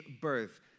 birth